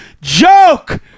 joke